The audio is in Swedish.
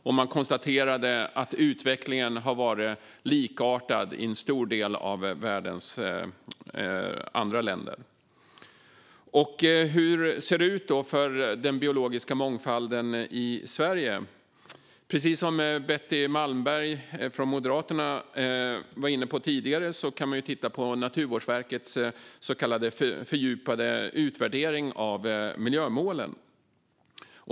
Och man konstaterade att utvecklingen har varit likartad i en stor del av världens länder. Hur ser det då ut för den biologiska mångfalden i Sverige? Precis som Betty Malmberg från Moderaterna var inne på tidigare kan man titta på Naturvårdsverkets så kallade fördjupade utvärdering av miljömålen.